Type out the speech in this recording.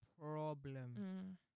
problem